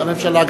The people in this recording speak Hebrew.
לממשלה,